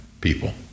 people